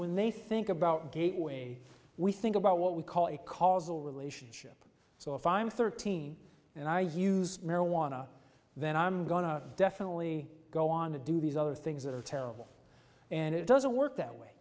when they think about gateway we think about what we call a causal relationship so if i'm thirteen and i use marijuana then i'm going to definitely go on to do these other things that are terrible and it doesn't work that way